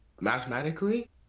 Mathematically